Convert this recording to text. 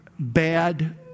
Bad